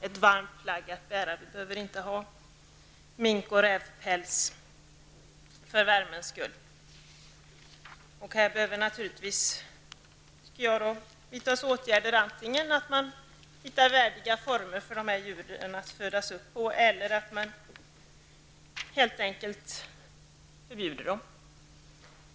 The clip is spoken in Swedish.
ett varmt plagg att bära. Vi behöver inte ha mink och rävpäls för värmens skull. På det här området behöver man naturligtvis vidta åtgärder. Antingen skall man hitta värdiga former för uppfödningen av dessa djur, eller också skall man helt enkelt förbjuda den.